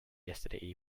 yesterday